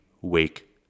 wake